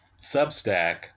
substack